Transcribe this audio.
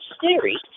series